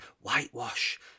Whitewash